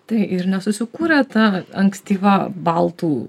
tai ir nesusikūrė ta ankstyva baltų